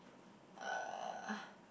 uh